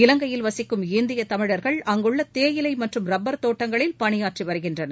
இவங்கையில் வசிக்கும் இந்திய தமிழர்கள் அங்குள்ள தேயிலை மற்றும் ரப்பர் தோட்டங்களில் பணியாற்றி வருகின்றனர்